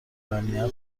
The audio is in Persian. امنیت